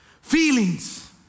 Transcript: Feelings